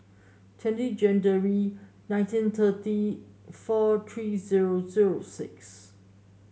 twenty January nineteen thirty four three zero zero six